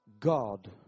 God